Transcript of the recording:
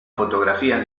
fotografías